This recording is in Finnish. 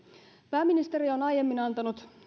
pääministeri on aiemmin antanut